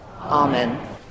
Amen